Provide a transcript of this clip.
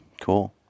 Cool